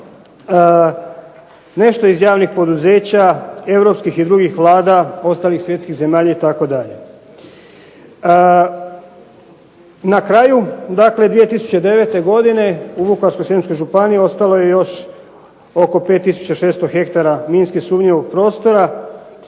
Nešto je iz javnih poduzeća, europskih i drugih vlada ostalih svjetskih zemalja itd. Na kraju, dakle 2009. godine u Vukovarsko-srijemskoj županiji ostalo je još oko 5600 hektara minski sumnjivog prostora.